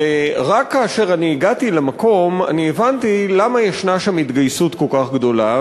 רק כאשר אני הגעתי למקום אני הבנתי למה יש שם התגייסות כל כך גדולה,